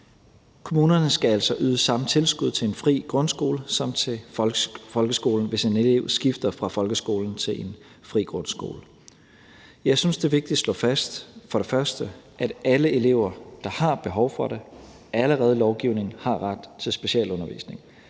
Kommunerne skal altså yde samme tilskud til en fri grundskole som til folkeskolen, hvis en elev skifter fra folkeskolen til en fri grundskole. Jeg synes, det er vigtigt at slå fast, for det første, at alle elever, der har behov for det, allerede ifølge lovgivningen har ret til specialundervisning.